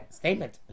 statement